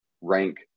rank